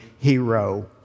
hero